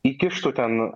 įkištų ten